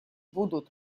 будут